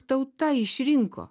tauta išrinko